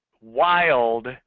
wild